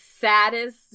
saddest